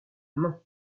main